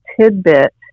tidbit